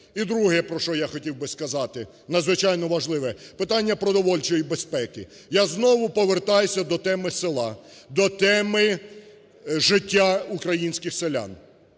І друге, про що я хотів би сказати, надзвичайно важливе – питання продовольчої безпеки. Я знову повертаюсь до теми села, до теми життя українських селян.